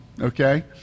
Okay